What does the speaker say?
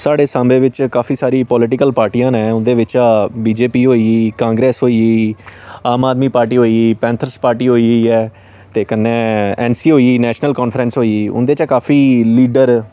साढ़े सांबे बिच काफी सारी पोलिटिकल पार्टियां न उंदे बिच्चा बीजेपी होई गेई कांग्रेस होई गेई आम आदमी पार्टी होई गेई पैंथर्स पार्टी होई गेई ऐ ते कन्नै एनसी होई गेई नेशनल कांफ्रैंस होई गेई उंंदे चा काफी लीडर